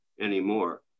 anymore